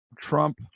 Trump